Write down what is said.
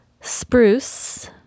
spruce